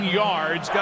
yards